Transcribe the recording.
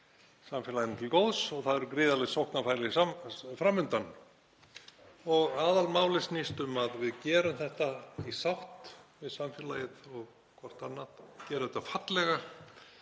samfélaginu til góðs og það eru gríðarleg sóknarfæri fram undan. Aðalmálið snýst um að við gerum þetta í sátt við samfélagið og hvort annað, gerum þetta fallega